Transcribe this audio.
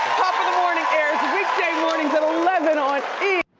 pop in the morning airs weekday mornings at eleven on e.